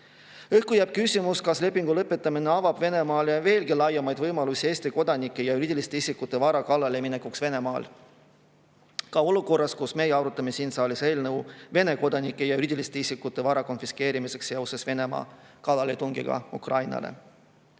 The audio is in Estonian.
Õhku jääb küsimus, kas lepingu lõpetamine avab Venemaale veelgi laiemad võimalused minna Eesti kodanike ja juriidiliste isikute vara kallale Venemaal olukorras, kus me arutame siin saalis eelnõu Vene kodanike ja juriidiliste isikute vara konfiskeerimiseks seoses Venemaa kallaletungiga Ukrainale.